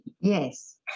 Yes